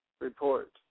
report